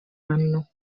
anno